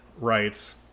writes